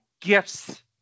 gifts